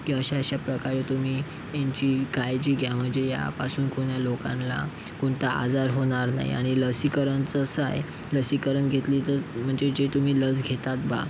की अशा अशाप्रकारे तुम्ही यांची काळजी घ्या म्हणजे यापासून कोण्या लोकांना कोणता आजार होणार नाही आणि लसीकरणचं असं आहे लसीकरण घेतली तर म्हणजे जे तुम्ही लस घेतात बुवा